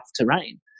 terrain